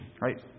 Right